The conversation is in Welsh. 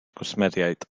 gwsmeriaid